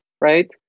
right